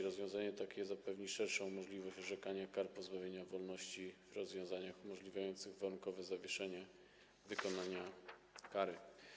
Rozwiązanie takie zapewni szerszą możliwość orzekania kar pozbawienia wolności w rozmiarach umożliwiających warunkowe zawieszenie wykonania kary.